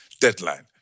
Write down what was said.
deadline